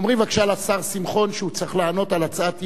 תאמרי בבקשה לשר שמחון שהוא צריך לענות על הצעת אי-אמון.